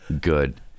Good